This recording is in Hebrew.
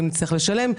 האם צריך לשלם?